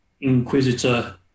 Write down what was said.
Inquisitor